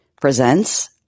presents